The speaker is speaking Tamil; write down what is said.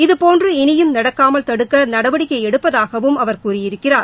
இதபோன்று இனியும் நடக்காமல் தடுக்க நடவடிக்கை எடுப்பதாகவும் அவர் கூறியிருக்கிறார்